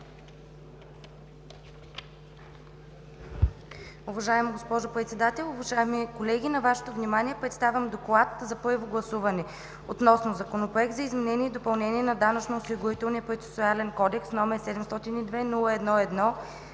Уважаема госпожо Председател, уважаеми колеги! На Вашето внимание представям: „ДОКЛАД за първо гласуване относно Законопроект за изменение и допълнение на Данъчно-осигурителния процесуален кодекс, № 702-01-1,